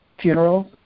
funerals